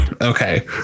Okay